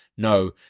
No